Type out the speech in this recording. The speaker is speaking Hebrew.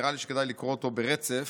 ונראה לי שכדאי לקרוא אותו ברצף.